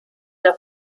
der